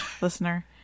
listener